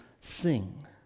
Sing